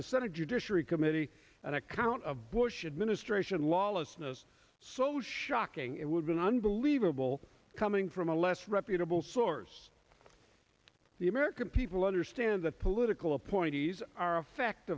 senate judiciary committee an account of bush administration lawlessness so shocking it would be an unbelievable coming from a less reputable source the american people understand that political appointees are a fact